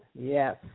Yes